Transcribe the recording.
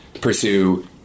pursue